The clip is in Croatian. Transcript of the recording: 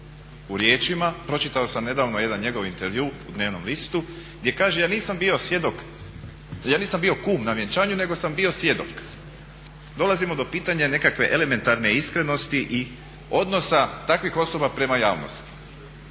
u riječima. Pročitao sam nedavno jedan njegov intervju u dnevnom listu gdje kaže ja nisam bio kum na vjenčanju nego sam bio svjedok. Dolazimo do pitanja nekakve elementarne iskrenosti i odnosa takvih osoba prema javnosti.